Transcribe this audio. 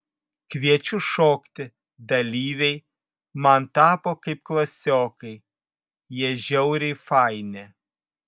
kviečiu šokti dalyviai man tapo kaip klasiokai jie žiauriai faini